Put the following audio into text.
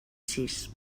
sis